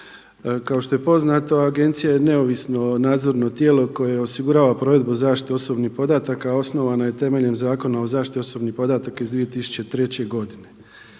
Kao što je poznato agencija je neovisno nadzorno tijelo koje osigurava provedbu zaštite osobnih podataka. Osnovano je temeljem Zakona o zaštiti osobnih podataka iz 2003. godine.